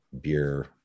beer